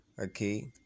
Okay